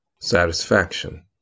satisfaction